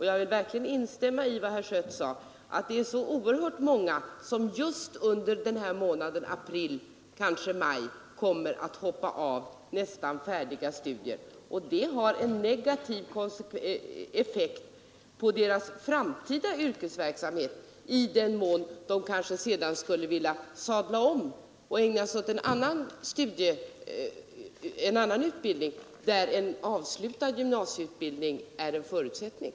Jag vill verkligen instämma i vad herr Schött sade att det är så oerhört många som just under april och kanske maj kommer att hoppa av nästan färdiga studier. Detta kan få en negativ effekt på deras framtida yrkesverksamhet i den mån de kanske senare skulle vilja sadla om och ägna sig åt en utbildning för vilken en avslutad gymnasieutbildning är en förutsättning.